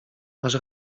masz